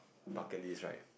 bucket list right